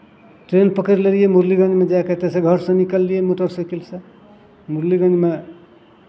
train पकड़ि लेलियै मुरलीगंजमे जाय कऽ एतयसँ घरसँ निकललियै मोटरसाइकिलसँ मुरलीगंजमे